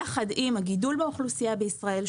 יחד עם גידול האוכלוסייה בישראל,